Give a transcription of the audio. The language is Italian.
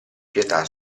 pietà